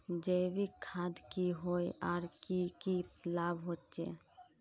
जैविक खाद की होय आर की की लाभ होचे?